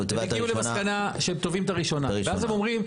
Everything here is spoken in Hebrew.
הם הגיעו למסקנה שהם תובעים את הראשונה ואז הם אומרים: